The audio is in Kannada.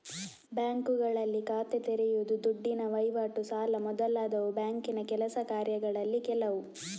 ಬ್ಯಾಂಕುಗಳಲ್ಲಿ ಖಾತೆ ತೆರೆಯುದು, ದುಡ್ಡಿನ ವೈವಾಟು, ಸಾಲ ಮೊದಲಾದವು ಬ್ಯಾಂಕಿನ ಕೆಲಸ ಕಾರ್ಯಗಳಲ್ಲಿ ಕೆಲವು